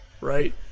right